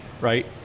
right